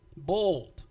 Bold